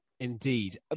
Indeed